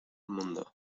mundo